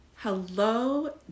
hello